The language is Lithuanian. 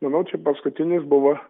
manau čia paskutinis buvo